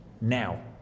now